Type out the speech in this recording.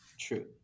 True